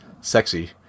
sexy